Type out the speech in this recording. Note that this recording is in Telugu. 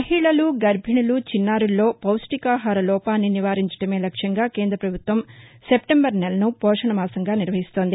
మహిళలు గర్బిణీలు చిన్నారుల్లో పోష్టికాహాభలోపాన్ని నివారించడమే లక్ష్యంగా కేంద్ర ప్రభుత్వం సెప్టెంబర్ నెలను పోషణ మాసంగా నిర్వహిస్తోంది